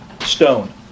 stone